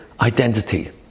identity